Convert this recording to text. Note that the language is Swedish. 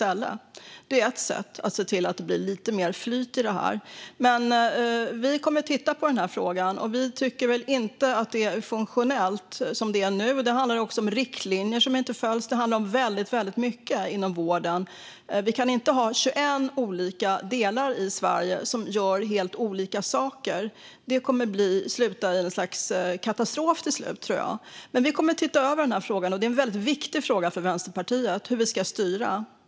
Det vore ett sätt för att se till att det blir ett lite bättre flyt i det hela. Vi kommer att titta på frågan. Vänsterpartiet tycker inte att det är funktionellt så som det är nu. Det handlar om riktlinjer som inte följs. Det handlar om väldigt mycket inom vården. Vi kan inte ha 21 olika delar i Sverige som gör helt olika saker. Jag tror att det kommer att sluta i en katastrof. Vi kommer som sagt att se över frågan, som vi tycker är väldigt viktig. Det handlar om hur det hela ska styras.